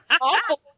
awful